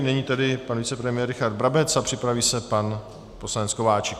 Nyní tedy pan vicepremiér Richard Brabec a připraví se pan poslanec Kováčik.